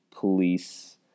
police